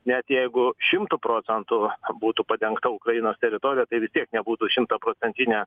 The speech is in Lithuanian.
net jeigu šimtu procentų būtų padengta ukrainos teritorija tai vis tiek nebūtų šimtaprocentinė